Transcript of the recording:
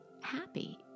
happy